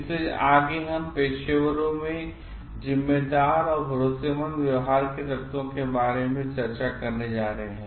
इसलिए अब आगे हमपेशेवरों मेंजिम्मेदार या भरोसेमंदव्यवहार केतत्वों के बारे में चर्चा करने जा रहे हैं